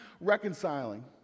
reconciling